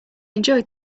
enjoyed